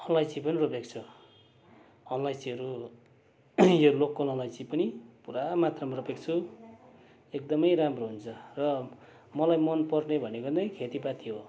अलैँची पनि रोपेको छु अलैँचीहरू यो लोकल अलैँची पनि पुरा मात्रामा रोपेको छु एकदमै राम्रो हुन्छ र मलाई मनपर्ने भनेको नै खेतीपाती हो